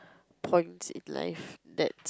points in life that's